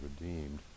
redeemed